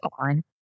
on